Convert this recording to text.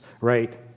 right